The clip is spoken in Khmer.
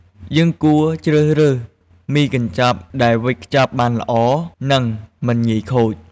យើងគួរជ្រើសរើសមីកញ្ចប់ដែលវេចខ្ចប់បានល្អ និងមិនងាយខូច។